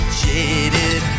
jaded